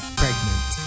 pregnant